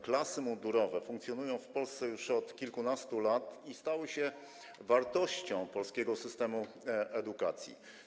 Klasy mundurowe funkcjonują w Polsce już od kilkunastu lat i stały się wartością polskiego systemu edukacji.